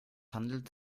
handelt